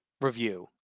review